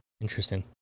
Interesting